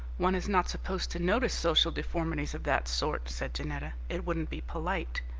one is not supposed to notice social deformities of that sort, said janetta it wouldn't be polite.